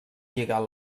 lligar